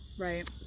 Right